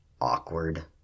awkward